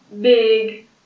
big